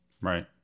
Right